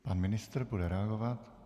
Pan ministr bude reagovat.